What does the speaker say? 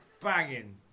banging